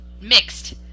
mixed